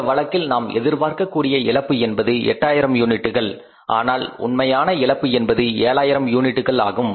இந்த வழக்கில் நாம் எதிர்பார்க்க கூடிய இழப்பு என்பது 8000 யூனிட்டுகள் ஆனால் உண்மையான இழப்பு என்பது 7000 யூனிட்டுகள் ஆகும்